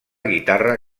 guitarra